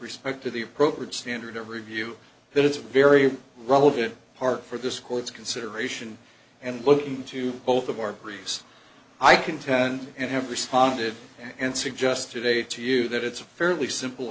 respect to the appropriate standard of review that is a very relevant part for this court's consideration and looking to both of our groups i contend and have responded and suggest today to you that it's a fairly simple